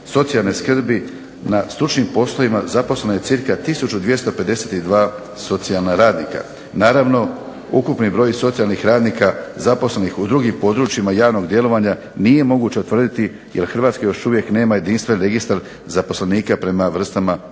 na stručnim poslovima zaposleno je cirka tisuću 252 socijalna radnika. Naravno ukupni broj socijalnih radnika zaposlenih u drugim područjima javnog djelovanja nije moguće utvrditi jer Hrvatska još uvijek nema jedinstven registar zaposlenika prema vrstama profesija.